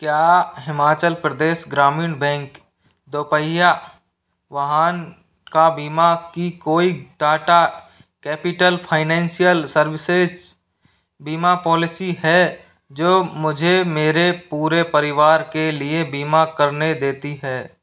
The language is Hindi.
क्या हिमाचल प्रदेश ग्रामीण बैंक दो पहिया वाहन का बीमा की कोई टाटा कैपिटल फाइनेंसियल सर्विसेश बीमा पॉलिसी है जो मुझे मेरे पूरे परिवार के लिए बीमा करने देती है